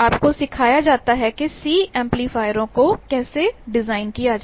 आपको सिखाया जाता है कि सी एम्पलीफायरों को कैसे डिज़ाइन किया जाए